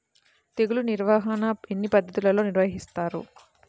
తెగులు నిర్వాహణ ఎన్ని పద్ధతులలో నిర్వహిస్తారు?